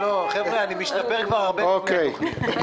חבר'ה, אני משתפר כבר הרבה לפני